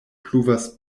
pluvas